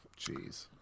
Jeez